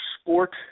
sport